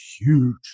huge